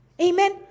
Amen